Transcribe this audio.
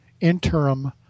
interim